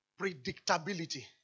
Predictability